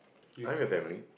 I don't have family